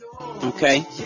Okay